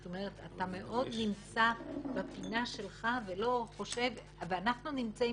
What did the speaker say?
זאת אומרת אתה מאוד נמצא בפינה שלך ואנחנו נמצאים